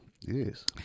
Yes